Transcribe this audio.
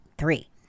Three